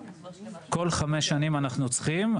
כל חמש שנים אנחנו צריכים,